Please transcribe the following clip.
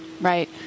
Right